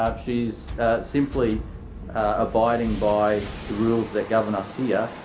ah she is simply abiding by the rules that govern us here.